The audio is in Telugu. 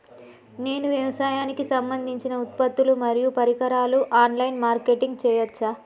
నేను వ్యవసాయానికి సంబంధించిన ఉత్పత్తులు మరియు పరికరాలు ఆన్ లైన్ మార్కెటింగ్ చేయచ్చా?